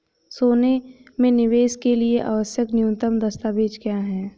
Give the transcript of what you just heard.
सोने में निवेश के लिए आवश्यक न्यूनतम दस्तावेज़ क्या हैं?